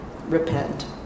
repent